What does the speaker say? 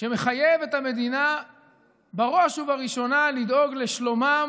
שמחייב את המדינה בראש ובראשונה לדאוג לשלומם